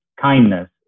kindness